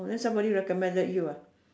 oh then somebody recommended you ah